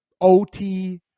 OT